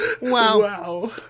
wow